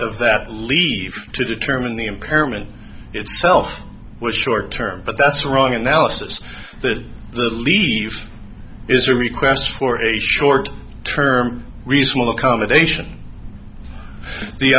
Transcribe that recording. of that leave to determine the impairment itself was short term but that's wrong analysis the leave is a request for a short term reasonable accommodation the